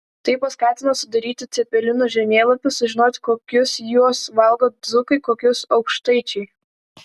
tai paskatino sudaryti cepelinų žemėlapį sužinoti kokius juos valgo dzūkai kokius aukštaičiai